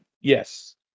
Yes